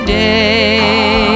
day